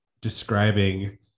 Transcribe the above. describing